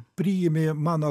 priimi mano